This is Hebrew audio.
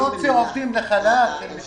הוציאו עובדים לחל"ת?